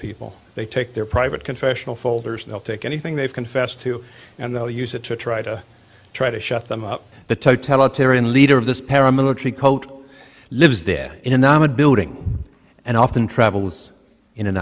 people they take their private confessional folders they'll take anything they've confessed to and they'll use it to try to try to shut them up the totalitarian leader of this paramilitary coat lives there in the building and often travels in an